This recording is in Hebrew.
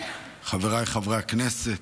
חבריי חברי הכנסת,